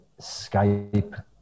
skype